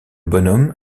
bonhomme